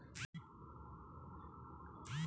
నూరు కిలోగ్రాముల వంగడాలు ఎంత రేటు ఉంటుంది?